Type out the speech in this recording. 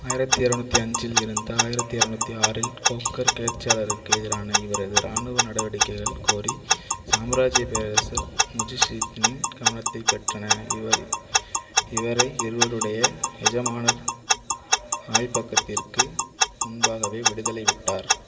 ஆயிரத்து இரநூத்தி அஞ்சிலிருந்து ஆயிரத்து இரநூத்தி ஆறில் கோக்கர் கிளர்ச்சியாளருக்கு எதிரான இவரது இராணுவ நடவடிக்கைகள் கோரி சாம்ராஜ்யப் பேரரசர் முயிஸுத்தீனின் கவனத்தைப் பெற்றன இவர் இவரை இருவருடைய எஜமானர் ஆய்பக்கத்திற்கு முன்பாகவே விடுதலை விட்டார்